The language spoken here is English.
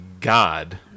god